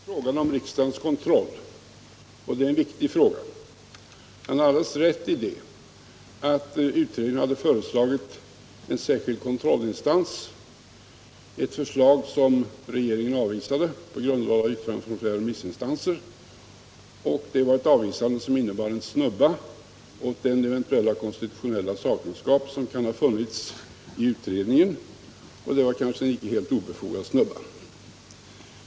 Herr talman! Herr Nordin tar upp frågan om riksdagens kontroll, och det är en viktig fråga. Han har alldeles rätt i att utredningen hade föreslagit en särskild kontrollinstans, en nämnd, ett förslag som regeringen avvisade på grundval av yttranden från flera remissinstanser. Det avvisandet innebar en snubba åt den eventuella konstitutionella sakkunskap som kan ha funnits i utredningen, och det var kanske inte en helt obefogad snubba.